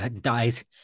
dies